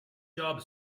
job